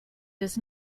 does